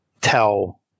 tell